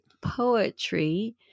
poetry